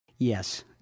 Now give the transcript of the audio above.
Yes